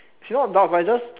actually not doubt but it's just